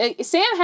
Sam